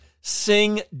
sing